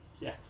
Yes